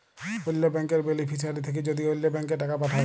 অল্য ব্যাংকের বেলিফিশিয়ারি থ্যাকে যদি অল্য ব্যাংকে টাকা পাঠায়